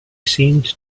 seemed